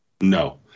No